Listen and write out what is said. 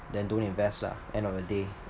then don't invest lah end of the day